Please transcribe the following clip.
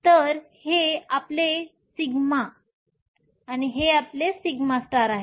तर हे आपले σ हे आपले σआहे